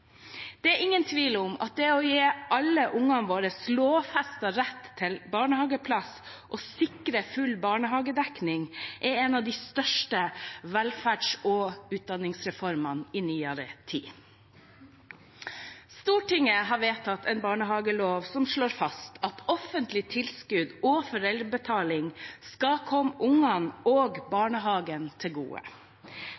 Det er ingen tvil om at det å gi alle ungene våre lovfestet rett til barnehageplass og sikre full barnehagedekning, er en av de største velferds- og utdanningsreformene i nyere tid. Stortinget har vedtatt en barnehagelov som slår fast at offentlige tilskudd og foreldrebetaling skal komme ungene og